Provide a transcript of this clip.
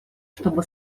чтобы